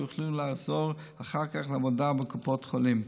שיוכלו לחזור אחר כך לעבודה בקופות החולים.